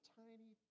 tiny